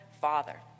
father